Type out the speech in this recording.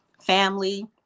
family